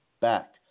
back